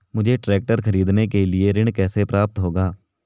मुझे ट्रैक्टर खरीदने के लिए ऋण कैसे प्राप्त होगा?